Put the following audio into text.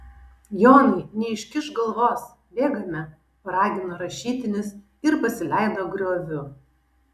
jonai neiškišk galvos bėgame paragino rašytinis ir pasileido grioviu